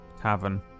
tavern